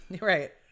right